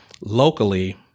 locally